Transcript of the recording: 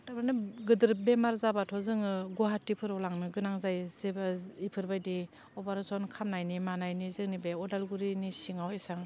थारमानि गोदोर बेमार जाबाथ' जोङो गवाहाटीफ्राव लांनो गोनां जायो जेबो एफोरबायदि अपारेशन खामनायनि मानायनि जोंनि बे अदालगुरिनि सिङा इसां